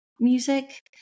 music